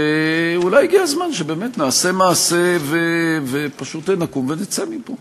שאולי הגיע הזמן שבאמת נעשה מעשה ופשוט נקום ונצא מפה.